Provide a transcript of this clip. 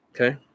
okay